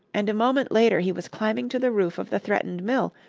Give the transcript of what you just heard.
and a moment later he was climbing to the roof of the threatened mill,